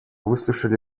выслушали